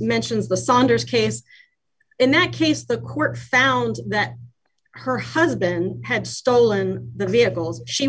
mentions the saunders case in that case the court found that her husband had stolen the vehicles she